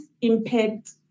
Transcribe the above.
impact